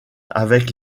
avec